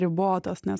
ribotos nes